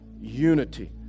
unity